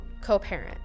co-parent